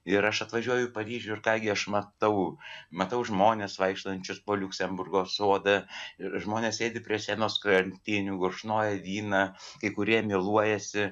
ir aš atvažiuoju į paryžių ir ką gi aš matau matau žmones vaikštančius po liuksemburgo sodą ir žmonės sėdi prie senos krantinių gurkšnoja vyną kai kurie myluojasi